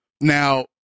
Now